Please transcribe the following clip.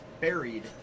buried